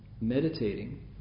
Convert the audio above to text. meditating